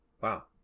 Wow